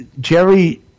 Jerry